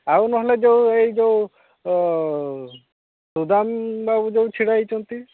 ଆଉ ନହେଲେ ଯେଉଁ ଏଇ ଯେଉଁ ସୁଦାମ ବାବୁ ଯେଉଁ ଛିଡ଼ା ହେଇଛନ୍ତି